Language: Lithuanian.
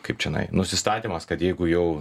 kaip čionai nusistatymas kad jeigu jau